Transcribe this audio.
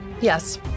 Yes